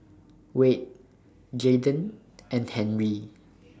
Wayde Jaiden and Henri